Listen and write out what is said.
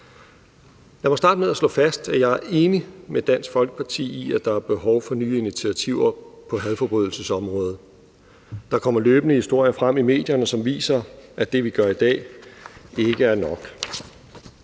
Lad mig starte med at slå fast, at jeg enig med Dansk Folkeparti i, at der er behov for nye initiativer på hadforbrydelsesområdet. Der kommer løbende historier frem i medierne, som viser, at det, vi gør i dag, ikke er nok.